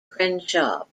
crenshaw